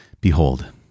behold